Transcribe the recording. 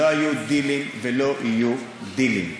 לא היו דילים ולא יהיו דילים.